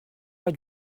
pas